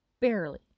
Barely